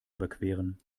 überqueren